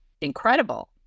incredible